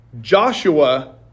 Joshua